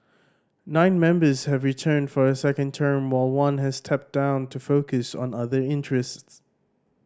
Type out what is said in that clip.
nine members have returned for a second term while one has stepped down to focus on other interests